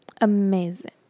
Amazing